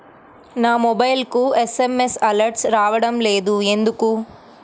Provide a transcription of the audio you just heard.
నా మొబైల్కు SMS alerts రావడం లేదు ఎందుకు?